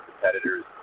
competitors